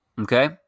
Okay